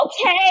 Okay